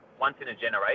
once-in-a-generation